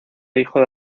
hijo